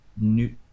new